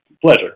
pleasure